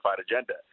agenda